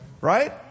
Right